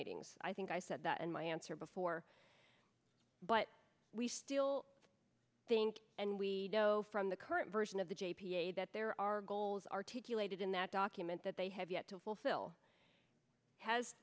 meetings i think i said that in my answer before but we still think and we so from the current version of the j p a that there are goals articulated in that document that they have yet to fulfill has